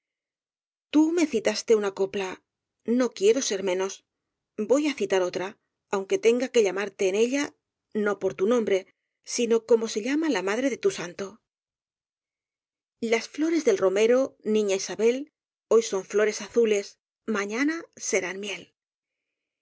tú me citaste una copla no quiero ser menos voy á citar otra aunque tenga que llamarte en ella no por tu nombre sino como se llama la madre de tu santo las flores del romero niña isabel hoy son flores azules mañana serán miel